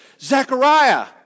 Zechariah